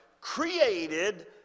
created